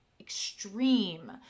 extreme